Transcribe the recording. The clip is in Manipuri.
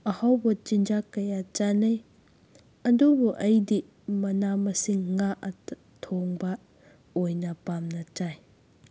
ꯑꯍꯥꯎꯕ ꯆꯤꯟꯖꯥꯛ ꯀꯌꯥ ꯆꯥꯅꯩ ꯑꯗꯨꯕꯨ ꯑꯩꯗꯤ ꯃꯅꯥ ꯃꯁꯤꯡ ꯉꯥꯛꯇ ꯊꯣꯡꯕ ꯑꯣꯏꯅ ꯄꯥꯝꯅ ꯆꯥꯏ